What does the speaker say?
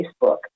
Facebook